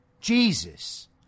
Jesus